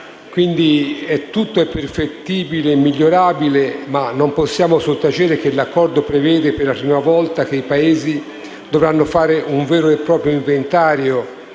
Certo, tutto è perfettibile e migliorabile, ma non possiamo sottacere che l'Accordo prevede, per la prima volta, che i Paesi dovranno fare un vero e proprio inventario